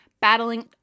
battling